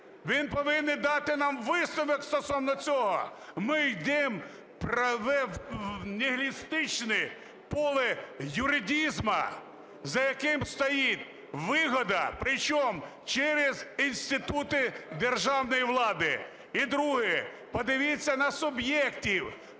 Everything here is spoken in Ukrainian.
Він повинен дати нам висновок стосовно цього. Ми йдемо в правове, в нігілістичне поле юридизму, за яким стоїть вигода, причому через інститути державної влади. І друге. Подивіться на суб'єктів.